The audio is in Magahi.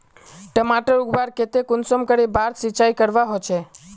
टमाटर उगवार केते कुंसम करे बार सिंचाई करवा होचए?